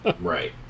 Right